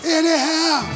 anyhow